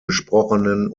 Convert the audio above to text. gesprochenen